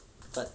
在